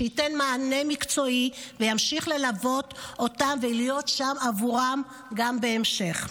שייתן מענה מקצועי וימשיך ללוות אותן ולהיות שם עבורן גם בהמשך.